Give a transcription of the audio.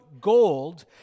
gold